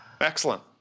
Excellent